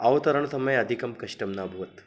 अवतरणसमये अधिकं कष्टं न अभवत्